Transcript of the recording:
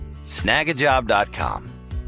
Snagajob.com